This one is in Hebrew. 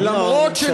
נו, בסדר.